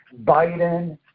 Biden